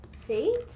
Fate